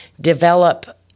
develop